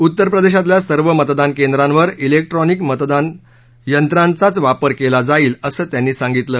उत्तरप्रदेशातल्या सर्व मतदानकेंद्रांवर इलेक्ट्रॉनिक मतदान केंद्रांचाच वापर केला जाईल असं त्यांनी सांगितलं